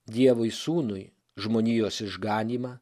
dievui sūnui žmonijos išganymą